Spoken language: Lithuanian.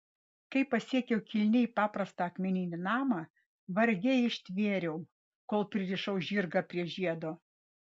kai pasiekiau kilniai paprastą akmeninį namą vargiai ištvėriau kol pririšau žirgą prie žiedo